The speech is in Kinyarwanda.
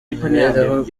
imibereho